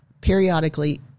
periodically